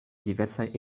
diversaj